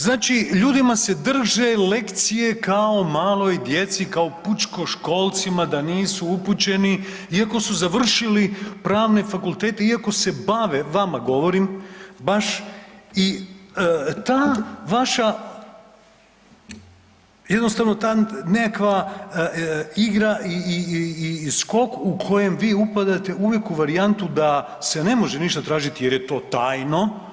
Znači ljudima se drže lekcije kao maloj djeci kao pučkoškolcima da nisu upućeni iako su završili pravne fakultete iako se bave, vama govorim baš i ta vaša jednostavno ta nekakva igra i skok u kojem vi upadate uvijek u varijantu da se ne može ništa tražiti jer je to tajno.